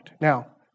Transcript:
Now